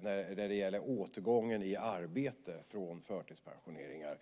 när det gäller återgången i arbete från förtidspensioneringar.